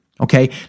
Okay